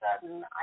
sudden